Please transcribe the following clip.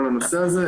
כל הנושא הזה,